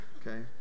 okay